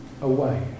away